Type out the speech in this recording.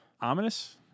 Ominous